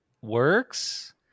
works